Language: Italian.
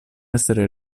essere